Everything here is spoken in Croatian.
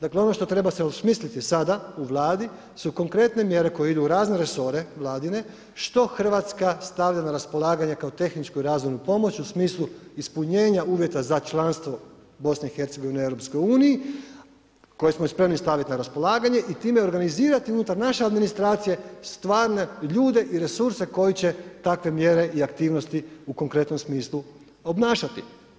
Dakle, ono što treba se osmisliti sada u Vladi su konkretne mjere koje idu u razne resore vladine, što Hrvatska stavi na raspolaganje kao tehničku razvojnu pomoć u smislu ispunjenja uvjeta za članstvo BIH u EU koje smo im spremni staviti na raspolaganje i time organizirati unutar naše administracije stvarne ljude i resurse koji će takve mjere i aktivnosti u konkretnom smislu obnašati.